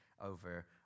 over